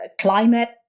climate